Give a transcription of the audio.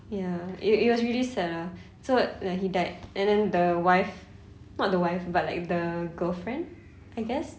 ya it it was really sad lah so when he died and then the wife not the wife but like the girlfriend I guess